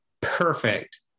perfect